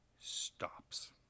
stops